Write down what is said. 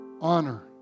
honor